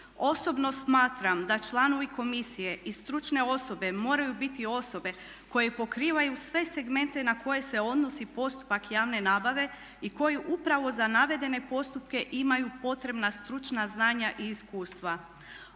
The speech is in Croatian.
Osobno smatram da članovi komisije i stručne osobe moraju biti osobe koje pokrivaju sve segmente na koje se odnosi postupak javne nabave i koje upravo za navedene postupke imaju potrebna stručna znanja i iskustva.